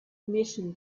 permission